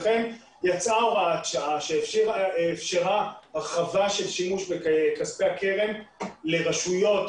לכן יצא הוראת שעה שאפשרה הרחבת שימוש בכספי הקרן לרשויות